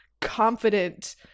confident